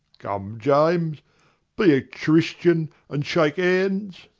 come, james be a cherishin and shake ands.